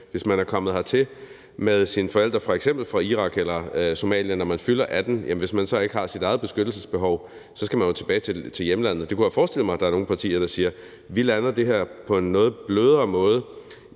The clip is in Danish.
hvis man er kommet hertil med sine forældre fra f.eks. Irak eller Somalia og man, når man fylder 18 år, så ikke selv har et beskyttelsesbehov, skal man tilbage til hjemlandet. Det kunne jeg forestille mig at der er nogle partier der siger. Vi har landet det her på en noget blødere måde